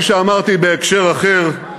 כפי שאמרתי בהקשר אחר,